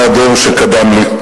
בני הדור שקדם לי,